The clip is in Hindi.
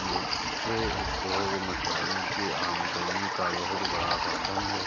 मत्स्य उद्योग मछुआरों की आमदनी का बहुत बड़ा साधन है